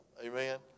Amen